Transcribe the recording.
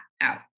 out